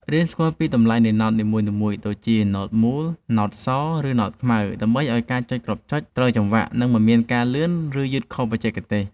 រៀនស្គាល់ពីតម្លៃនៃណោតនីមួយៗដូចជាណោតមូល ណោតស ឬណោតខ្មៅដើម្បីឱ្យការចុចគ្រាប់ចុចត្រូវចំចង្វាក់ និងមិនមានការលឿន ឬយឺតខុសបច្ចេកទេស។